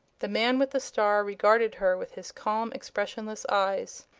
the man with the star regarded her with his calm, expressionless eyes.